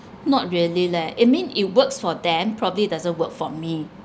not really leh it mean it works for them probably it doesn't work for me